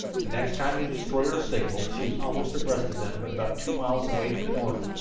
the next time the destroyer signaled she was almost abreast of them, but about two miles away to the north.